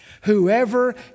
Whoever